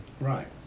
Right